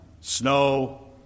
snow